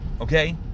okay